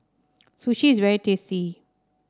sushi is very tasty